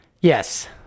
Yes